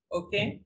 okay